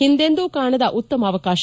ಹಿಂದೆಂದೂ ಕಾಣದ ಉತ್ತಮ ಅವಕಾಶ